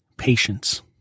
Patience